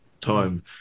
time